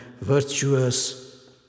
virtuous